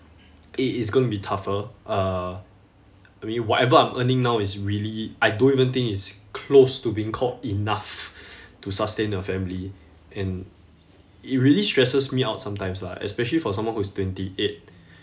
i~ it's gonna be tougher uh I mean whatever I'm earning now is really I don't even think it's close to being called enough to sustain a family and it really stresses me out sometimes lah especially for someone who is twenty-eight